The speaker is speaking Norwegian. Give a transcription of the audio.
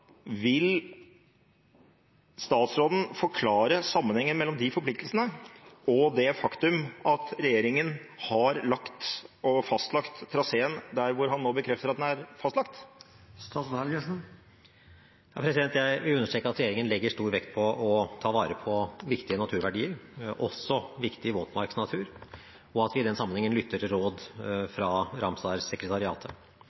vil statsråden forklare sammenhengen mellom de forpliktelsene og det faktum at regjeringen har fastlagt traseen der hvor han nå bekrefter at den er fastlagt? Jeg vil understreke at regjeringen legger stor vekt på å ta vare på viktige naturverdier, også viktig våtmarksnatur, og at vi i den sammenhengen lytter til råd